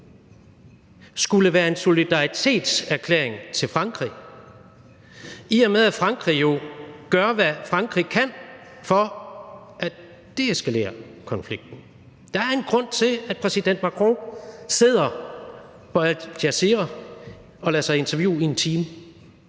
skulle være en solidaritetserklæring til Frankrig, i og med at Frankrig jo gør, hvad Frankrig kan for at deeskalere konflikten. Der er en grund til, at præsident Macron sidder på Al-Jazeera og lader sig interviewe i en time.